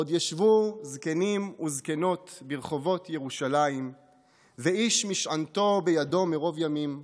"עוד ישבו זקנים וזקנות ברחבות ירושלים ואיש משענתו בידו מרב ימים,